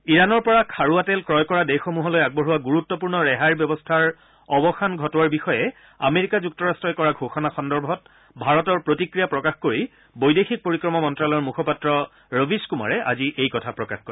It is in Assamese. ইৰাণৰ পৰা খাৰুৱা তেল ক্ৰয় কৰা দেশসমূহলৈ আগবঢ়োৱা গুৰুত্বপূৰ্ণ ৰেহাইৰ ব্যৱস্থাৰ অৱসান ঘটোৱাৰ বিষয়ে আমেৰিকা যুক্তৰাট্টই কৰা ঘোষণা সন্দৰ্ভত ভাৰতৰ প্ৰতিক্ৰিয়া প্ৰকাশ কৰি বৈদেশিক পৰিক্ৰমা মন্ত্যালয়ৰ মুখপাত্ৰ ৰবীশ কুমাৰে আজি এইকথা প্ৰকাশ কৰে